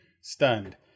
stunned